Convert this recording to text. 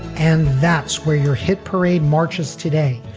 and that's where your hit parade marches today,